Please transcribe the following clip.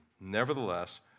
Nevertheless